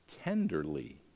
tenderly